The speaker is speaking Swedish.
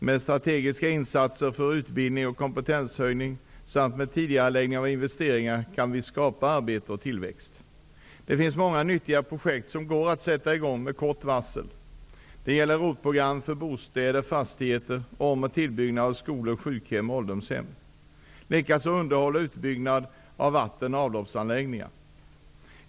Med strategiska insatser för utbildning och kompetenshöjning samt tidigareläggning av investeringar kan vi skapa arbete och tillväxt. Det finns många nyttiga projekt som går att sätta i gång med kort varsel. Det gäller ROT-program för bostäder och fastigheter samt om och tillbyggnad av skolor, sjukhem och ålderdomshem, likaså underhåll och utbyggnad av vatten och avloppsanläggningar.